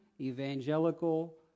evangelical